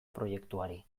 proiektuari